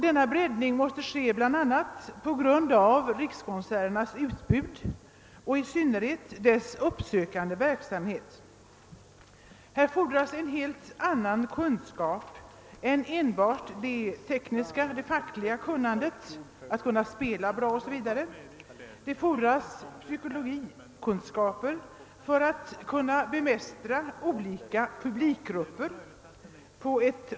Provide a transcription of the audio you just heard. Denna breddning är nödvändig bl.a. på grund av rikskonserternas utbud och, speciellt, uppsökande verksamhet. Där fordras det en helt annan och djupare kunskap än enbart det tekniska-fackliga kunnandet, alltså att kunna spela bra. Det fordras t.ex. psykologiska kunskaper för att på rätt sätt kunna bemästra olika publikgrupper.